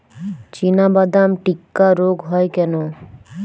চিনাবাদাম টিক্কা রোগ হয় কেন?